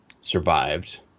survived